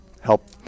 help